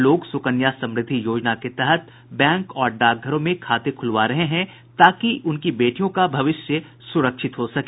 लोग सुकन्या समृद्धि योजना के तहत बैंक और डाकघरों में खाते खुलवा रहे है ताकि उनकी बेटियों का भविष्य सुरक्षित हो सके